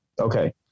Okay